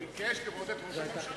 הוא ביקש לראות את ראש הממשלה.